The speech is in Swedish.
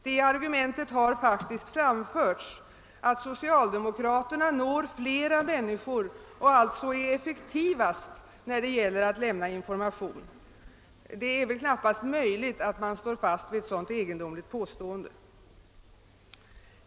Det argumentet har faktiskt framförts att socialdemokraterna når fler människor och alltså är effektivast när det gäller att lämna information — det är väl knappast möjligt att man står fast vid ett sådant egendomligt påstående.